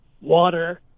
water